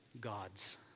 gods